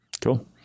Cool